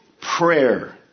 prayer